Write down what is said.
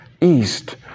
east